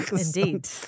Indeed